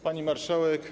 Pani Marszałek!